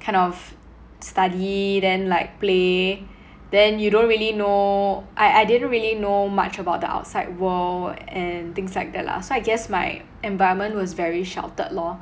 kind of study then like play then you don't really know I I didn't really know much about the outside world and things like that lah so I guess my environment was very sheltered lor